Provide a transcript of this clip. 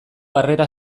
harrera